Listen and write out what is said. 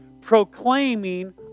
proclaiming